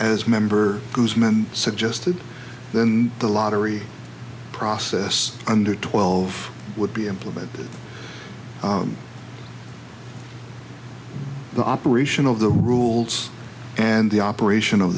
as member guzmn suggested then the lottery process under twelve would be implemented the operation of the rules and the operation of